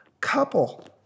couple